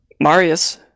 marius